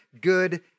good